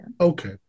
Okay